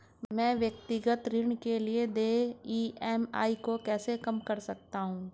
मैं व्यक्तिगत ऋण के लिए देय ई.एम.आई को कैसे कम कर सकता हूँ?